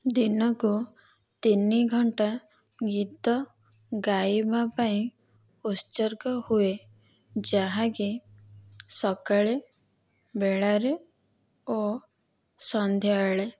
ଦିନକୁ ତିନି ଘଣ୍ଟା ଗୀତ ଗାଇବା ପାଇଁ ଉତ୍ସର୍ଗ ହୁଏ ଯାହାକି ସକାଳେ ବେଳାରେ ଓ ସନ୍ଧ୍ୟାବେଳେ